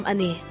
Ani